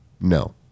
No